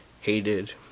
hated